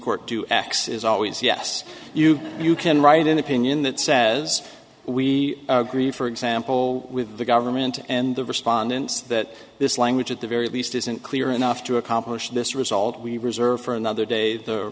court do x is always yes you you can write an opinion that says we agree for example with the government and the respondents that this language at the very least isn't clear enough to accomplish this result we reserve for another day